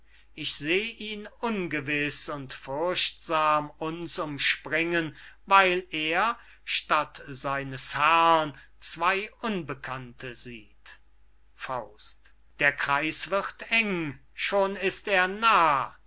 ich seh ihn ungewiß und furchtsam uns umspringen weil er statt seines herrn zwey unbekannte sieht der kreis wird eng schon ist er nah